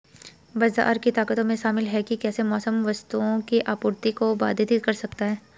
बाजार की ताकतों में शामिल हैं कि कैसे मौसम वस्तुओं की आपूर्ति को बाधित कर सकता है